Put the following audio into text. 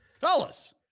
fellas